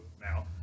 now